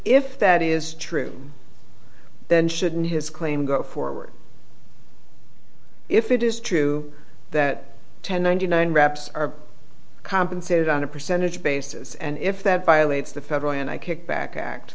if that is true then shouldn't his claim go forward if it is true that ten ninety nine reps are compensated on a percentage basis and if that violates the federal and i kickback act